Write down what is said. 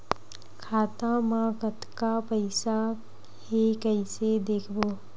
खाता मा कतका पईसा हे कइसे देखबो?